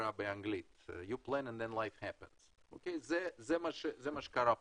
זה מה שקרה פה.